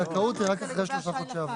הזכאות היא רק אחרי שלושה חודשי עבודה.